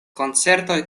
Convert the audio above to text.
koncertoj